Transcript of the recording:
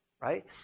right